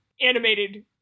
animated